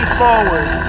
forward